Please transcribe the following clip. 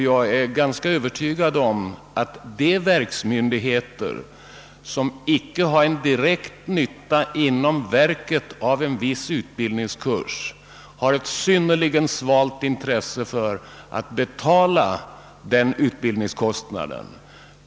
Jag är ganska övertygad om att de verksmyndigheter som icke har någon direkt nytta inom verket av en viss utbildningskurs har' ett synnerligen svalt intresse för att betala utbildningskostnaden.